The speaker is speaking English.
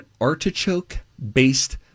artichoke-based